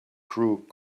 crook